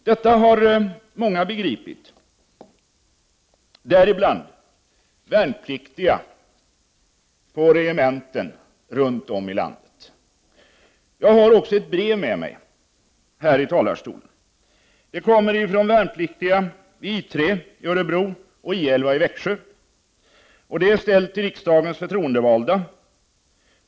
Detta har många förstått, däribland värnpliktiga på regementen runt om i landet. Jag har också ett brev med mig här i talarstolen. Det kommer från värnpliktiga vid I 3 i Örebro och I 11 i Växjö. Det är ställt till riksdagens förtroendevalda.